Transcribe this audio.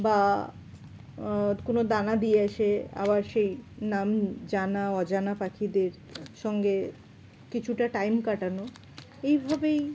বা কোনো দানা দিয়ে এসে আবার সেই নাম জানা অজানা পাখিদের সঙ্গে কিছুটা টাইম কাটানো এইভাবেই